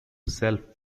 self